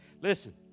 Listen